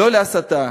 לא להסתה,